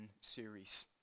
series